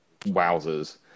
wowzers